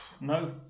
No